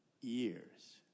years